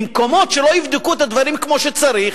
במקומות שלא יבדקו את הדברים כמו שצריך